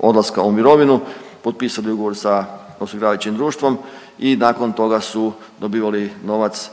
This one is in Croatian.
odlaska u mirovinu potpisali ugovor sa osiguravajućim društvom i nakon toga su dobivali novac